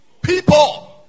People